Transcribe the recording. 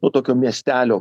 nu tokio miestelio